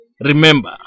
Remember